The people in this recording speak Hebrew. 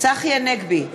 צחי הנגבי,